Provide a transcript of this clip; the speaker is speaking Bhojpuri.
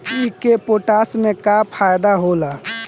ईख मे पोटास के का फायदा होला?